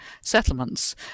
settlements